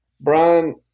Brian